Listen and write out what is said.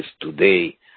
today